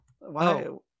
Wow